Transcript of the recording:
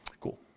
Cool